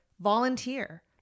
volunteer